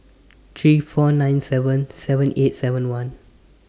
three four nine seven seven eight seven one